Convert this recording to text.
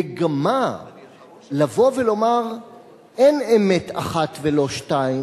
המגמה לבוא ולומר שאין אמת אחת ולא שתיים